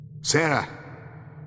Sarah